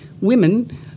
women